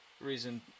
reason